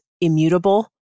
immutable